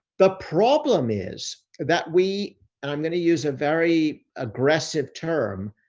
the problem is that we, and i'm going to use a very aggressive term.